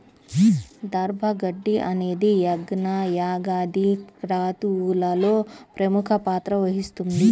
దర్భ గడ్డి అనేది యజ్ఞ, యాగాది క్రతువులలో ప్రముఖ పాత్ర వహిస్తుంది